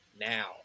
Now